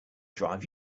drive